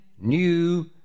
new